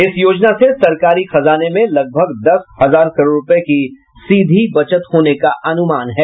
इस योजना से सरकारी खजाने में लगभग दस हजार करोड़ रूपये की सीधी बचत होने का अनुमान है